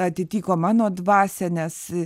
atitiko mano dvasią nes